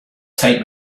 take